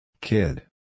Kid